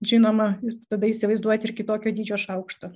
žinoma ir tada įsivaizduoti kitokio dydžio šaukštą